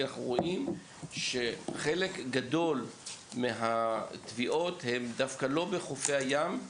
אנחנו רואים שחלק גדול מהטביעות אינן בחופי הים,